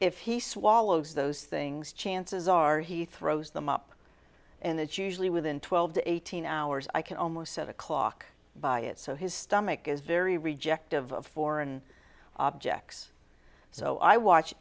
if he swallows those things chances are he throws them up and that usually within twelve to eighteen hours i can almost set a clock by it so his stomach is very reject of foreign objects so i watch